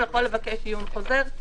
הוא יכול לבקש עיון חוזר,